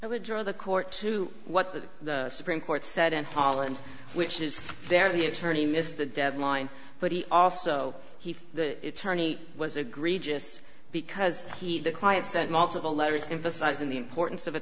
i would draw the court to what the supreme court said in holland which is there the attorney missed the deadline but he also he the tourney was agreed just because he the client sent multiple letters emphasizing the importance of a